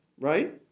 right